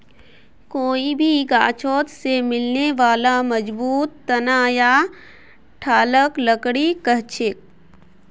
कोई भी गाछोत से मिलने बाला मजबूत तना या ठालक लकड़ी कहछेक